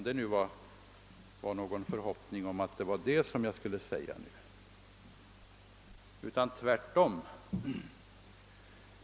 Om herr Ahlmark hyste några förhoppningar om att jag skulle göra det, tar han fel.